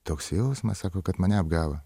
toks jausmas sako kad mane apgavo